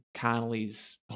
Connolly's